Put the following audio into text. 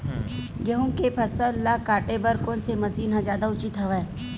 गेहूं के फसल ल काटे बर कोन से मशीन ह जादा उचित हवय?